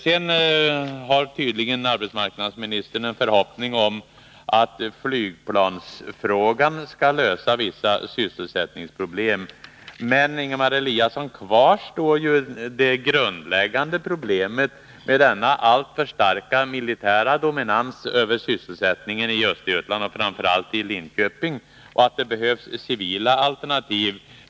Sedan har tydligen arbetsmarknadsministern en förhoppning om att flygplansfrågan skall lösa vissa sysselsättningsproblem. Men, Ingemar Eliasson, kvar står ju det grundläggande problemet med denna alltför starka militära dominans över sysselsättningen i Östergötland, och framför allt i Linköping. Kvar står att det behövs civila alternativ.